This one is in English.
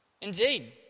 Indeed